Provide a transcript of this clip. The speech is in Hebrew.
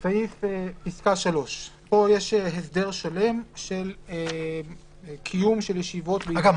בפסקה (3) יש הסדר שלם של קיום של ישיבות --- אגב,